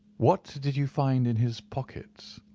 what did you find in his pockets?